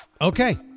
Okay